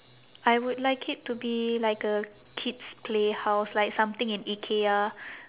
I would like it to be like a kids playhouse like something in ikea